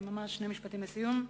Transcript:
ממש שני משפטים לסיום: